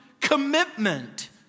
commitment